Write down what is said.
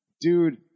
Dude